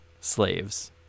slaves